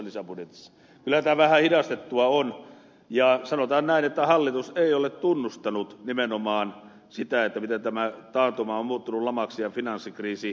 kyllä tämä vähän hidastettua on ja sanotaan näin että hallitus ei ole tunnustanut nimenomaan sitä miten tämä taantuma on muuttunut lamaksi ja finanssikriisi työllisyyskriisiksi